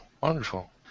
wonderful